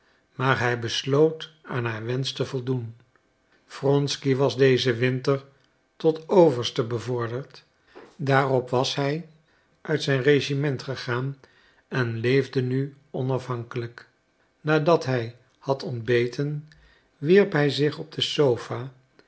maar hij besloot aan haar wensch te voldoen wronsky was dezen winter tot overste bevorderd daarop was hij uit zijn regiment gegaan en leefde nu onafhankelijk nadat hij had ontbeten wierp hij zich op de sofa